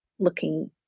looking